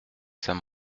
saint